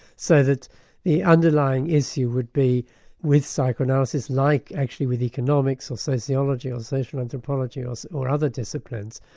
so that the underlying issue would be with psychoanalysis, like actually with economics or sociology or social anthropology or so or other disciplines,